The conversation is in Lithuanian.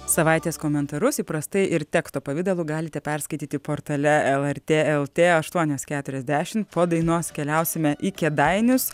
savaitės komentarus įprastai ir teksto pavidalu galite perskaityti portale lrt lt aštuonios keturiasdešimt po dainos keliausime į kėdainius